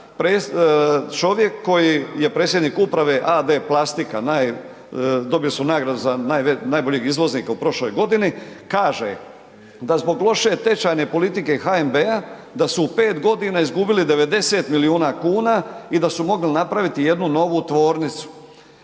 čovjek koji je predsjednik Uprave AD plastika, dobili su nagradu za najboljeg izvoznika u prošloj godini, kaže da zbog loše tečajne politike HNB-a, da su u 5 g. izgubili 90 milijuna kuna i da su mogli napraviti jednu novu tvornicu.